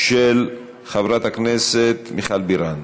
של חברת הכנסת מיכל בירן.